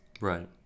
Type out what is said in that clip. Right